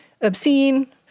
obscene